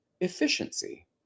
efficiency